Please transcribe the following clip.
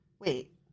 Wait